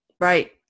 Right